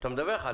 אתה מדווח עליה.